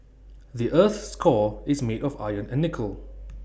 the Earth's core is made of iron and nickel